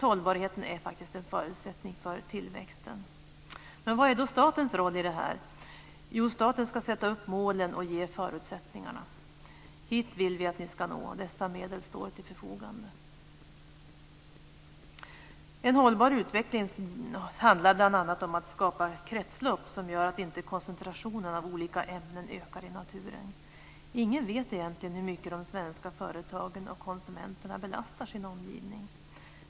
Hållbarheten är faktiskt en förutsättning för tillväxten. Vilken är då statens roll i detta sammanhang? Jo, staten ska sätta upp målen och ge förutsättningarna: Hit vill vi att ni ska nå, och dessa medel står till förfogande. En hållbar utveckling handlar bl.a. om att skapa kretslopp som gör att inte koncentrationen av olika ämnen ökar i naturen. Ingen vet egentligen hur mycket de svenska företagen och konsumenterna belastar sin omgivning.